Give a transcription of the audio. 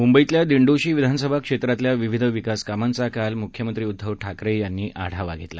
मुंबईतल्या दिंडोशी विधानसभा क्षेत्रातल्या विविध विकासकामांचा काल मुख्यमंत्री उद्घव ठाकरे यांनी आढावा घेतला